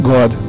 God